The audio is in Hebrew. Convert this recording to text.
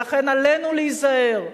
ולכן, עלינו להיזהר,